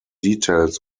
details